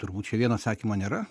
turbūt čia vieno atsakymo nėra